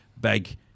big